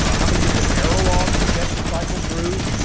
ah how many different error logs you get to cycle through,